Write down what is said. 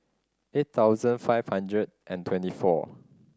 eight thousand five hundred and twenty four